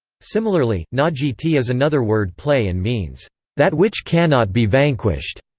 similarly, na jiti is another word play and means that which cannot be vanquished,